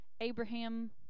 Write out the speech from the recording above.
Abraham